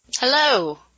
Hello